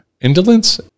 indolence